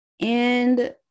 And-